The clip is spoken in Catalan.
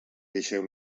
deixeu